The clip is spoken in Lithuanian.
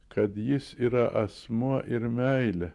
kad jis yra asmuo ir meilė